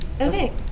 Okay